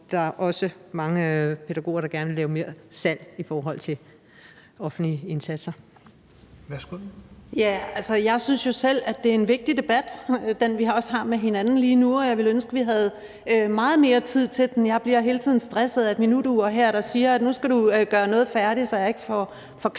(Rasmus Helveg Petersen): Værsgo. Kl. 11:15 Kirsten Normann Andersen (SF): Ja, jeg synes jo også selv, det er en vigtig debat, vi har med hinanden lige nu, og jeg ville ønske, at vi havde meget mere tid til den. Jeg bliver hele tiden stresset af et minutur her, der siger, at nu skal du gøre noget færdigt, så jeg ikke får forklaret,